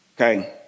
okay